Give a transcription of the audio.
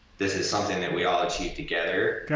this is something that we all achieved together.